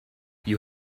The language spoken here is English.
you